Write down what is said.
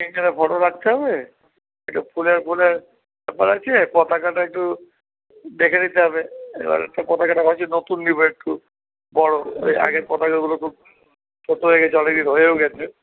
তিন খানা ফটো রাখতে হবে একটা ফুলের ব্যাপার আছে পতাকাটা একটু দেখে নিতে হবে এবার পতাকাটা ভাবছি নতুন নেব একটু বড় ওই আগের পতকাগুলো খুব ছোটো হয়ে গেছে অনেক দিন হয়েও গেছে